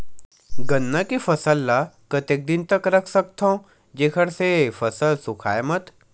गन्ना के फसल ल कतेक दिन तक रख सकथव जेखर से फसल सूखाय मत?